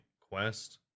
quest